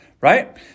right